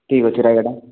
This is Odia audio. ଠିକ୍ ଅଛି ରାୟଗଡ଼ା